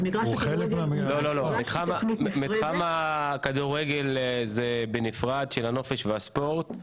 לא, לא, מתחם הכדורגל זה בנפרד, של הנופש והספורט.